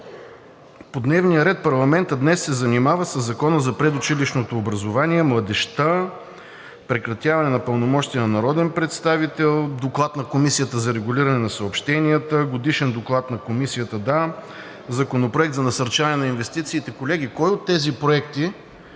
По дневния ред парламентът днес се занимава със Закона за предучилищното образование, младежта, прекратяване на пълномощия на народен представител, Доклад на Комисията за регулиране на съобщенията, Годишен доклад на Комисията, да, Законопроект за насърчаване на инвестициите… Колеги, кой от тези проекти